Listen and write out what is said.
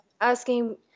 asking